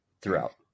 Throughout